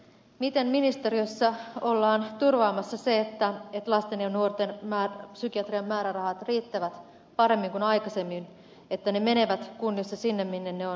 miten ministeriössä ollaan turvaamassa se että lasten ja nuortenpsykiatrian määrärahat riittävät paremmin kuin aikaisemmin ja että ne menevät kunnissa sinne minne ne on tarkoitettu